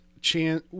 chance